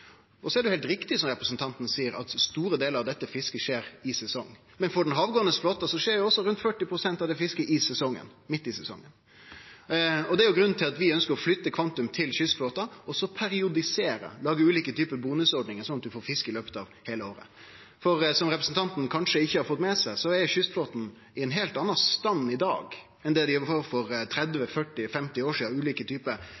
Så er det heilt riktig som representanten seier, at store delar av dette fisket skjer i sesong. Men for den havgåande flåten skjer også rundt 40 pst. av det fisket midt i sesongen. Og det er grunnen til at vi ønskjer å flytte kvantum til kystflåten, og også å periodisere, lage ulike typar bonusordningar, slik at ein får fisk i løpet av heile året. For som representanten kanskje ikkje har fått med seg, er kystflåten i ein heilt annan stand i dag enn det han var for